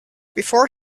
before